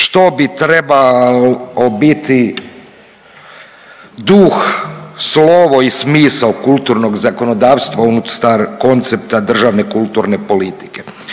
što bi trebao biti duh, slovo i smisao kulturnog zakonodavstva unutar koncepta državne kulturne politike.